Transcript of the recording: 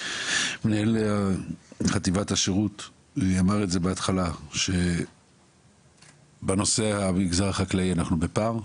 מנהל חטיבת השירות אמר בהתחלה שבנושא המגזר החקלאי אנחנו בפער.